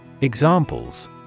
Examples